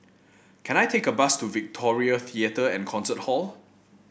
can I take a bus to Victoria Theatre and Concert Hall